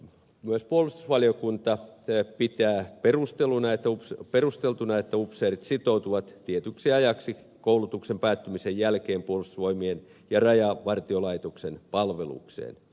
myös puolustusvaliokunta pitää perusteltuna että upseerit sitoutuvat tietyksi ajaksi koulutuksen päättymisen jälkeen puolustusvoimien ja rajavartiolaitoksen palvelukseen